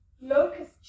locust